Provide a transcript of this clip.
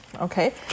Okay